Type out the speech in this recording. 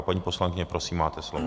Paní poslankyně, prosím, máte slovo.